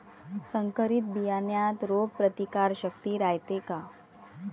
संकरित बियान्यात रोग प्रतिकारशक्ती रायते का?